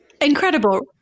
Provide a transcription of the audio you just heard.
Incredible